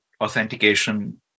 authentication